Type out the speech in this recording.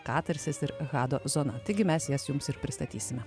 katarsis ir hado zona taigi mes jas jums ir pristatysime